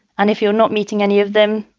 and if you're not meeting any of them,